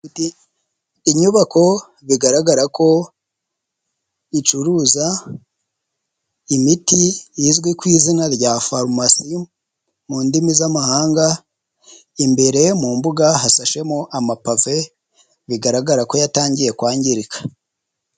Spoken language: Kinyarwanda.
Inyubako bigaragara ko icuruza imiti izwi ku izina rya farumasi mu ndimi z'amahanga, imbere mu mbuga hasashemo amapave bigaragara ko yatangiye kwangirika.